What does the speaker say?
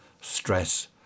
stress